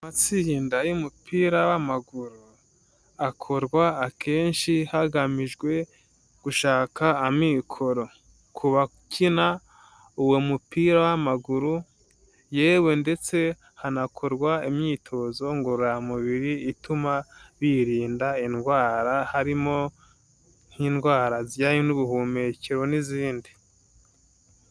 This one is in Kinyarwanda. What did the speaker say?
Amatsinda y'umupira w'amaguru, akorwa akenshi hagamijwe gushaka amikoro ku bakina uwo mupira w'amaguru, yewe ndetse hanakorwa imyitozo ngororamubiri ituma birinda indwara, harimo nk'indwara zijyanye n'ubuhumekero n'izindi.